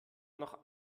noch